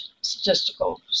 statistical